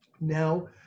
Now